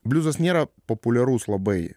bliuzas nėra populiarus labai